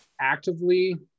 actively